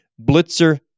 Blitzer